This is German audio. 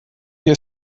hier